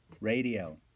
radio